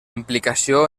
implicació